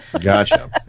gotcha